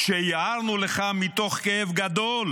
כשהערנו לך מתוך כאב גדול